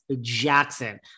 Jackson